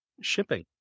shipping